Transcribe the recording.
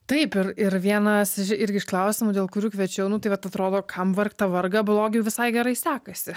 taip ir ir vienas irgi iš klausimų dėl kurių kviečiau nu tai vat atrodo kam vargt tą vargą blogiui visai gerai sekasi